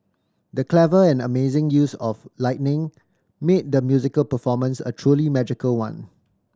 the clever and amazing use of lighting made the musical performance a truly magical one